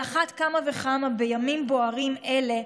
ועל אחת כמה וכמה בימים בוערים אלה,